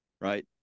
right